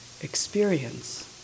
experience